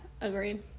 agreed